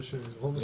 רוב הסיכויים שלא.